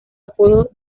apodo